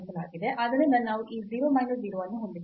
ಆದ್ದರಿಂದ ನಾವು ಈ 0 ಮೈನಸ್ 0 ಅನ್ನು ಹೊಂದಿದ್ದೇವೆ